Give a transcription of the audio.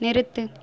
நிறுத்து